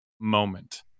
moment